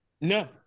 No